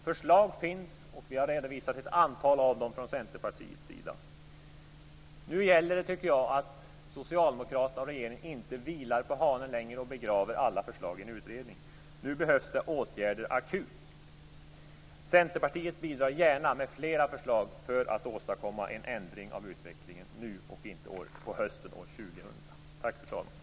Förslag finns, och vi har redovisat ett antal av dem från Centerpartiets sida. Nu gäller det att Socialdemokraterna och regeringen inte längre vilar på hanen och begraver alla förslagen i en utredning. Nu behövs det åtgärder akut. Centerpartiet bidrar gärna med fler förslag för att åstadkomma en ändring av utvecklingen nu och inte på hösten år